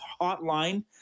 Hotline